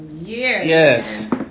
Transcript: yes